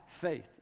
faith